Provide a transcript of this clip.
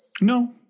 No